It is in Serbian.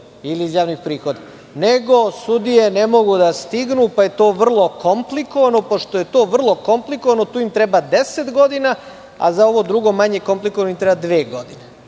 ili iz javnih prihoda. Nego, sudije ne mogu da stignu, pa je to vrlo komplikovano. Pošto je to vrlo komplikovano tu im treba 10 godina, a za ovo drugo manje komplikovano im treba dve godine.